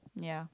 ya